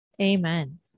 Amen